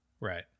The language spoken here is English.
Right